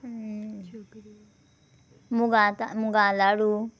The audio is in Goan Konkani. मुगा ता मुगा लाडू